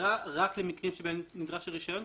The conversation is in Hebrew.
בהגדרה רק למקרים שבהם נדרש רישיון?